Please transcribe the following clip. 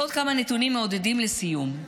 עוד כמה נתונים מעודדים לסיום.